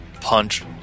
punch